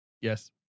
Yes